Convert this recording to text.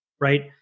Right